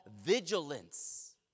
vigilance